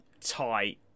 tight